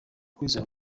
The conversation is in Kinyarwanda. kwizera